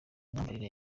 myambarire